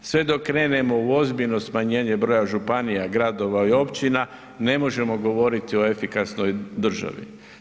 Sve dok krenemo u ozbiljno smanjenje broja županija, gradova i općina ne možemo govoriti o efikasnoj državi.